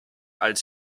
als